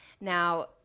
Now